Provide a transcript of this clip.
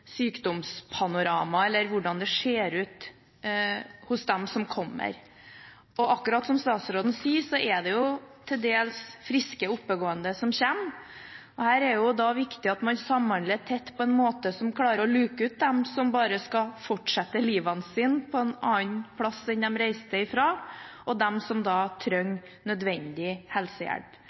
sykdomspanorama, eller hvordan det ser ut hos dem som kommer. Akkurat som statsråden sier, er det til dels friske, oppgående som kommer. Her er det viktig at man samhandler tett på en slik måte at man klarer å luke ut dem som bare skal fortsette livene sine på en annen plass enn de reiste ifra, og hjelper dem som trenger nødvendig helsehjelp,